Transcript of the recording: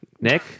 Nick